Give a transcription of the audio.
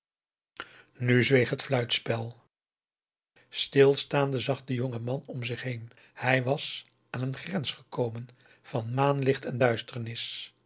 zweeg het fluitspel stilstaande zag de jonge man om zich heen hij was aan een grens gekomen van maanlicht en duisternis